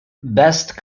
best